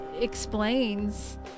explains